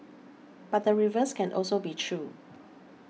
but the reverse can also be true